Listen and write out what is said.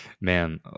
man